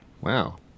Wow